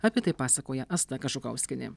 apie tai pasakoja asta kažukauskienė